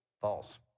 False